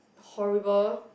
horrible